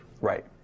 Right